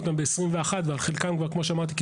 אבל 21 תכניות שאושרו מאז 2017,